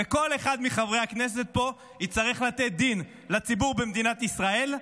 וכל אחד מחברי הכנסת פה יצטרך לתת דין לציבור במדינת ישראל,